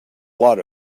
lot